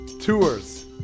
Tours